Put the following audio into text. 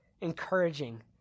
encouraging